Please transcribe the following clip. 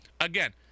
again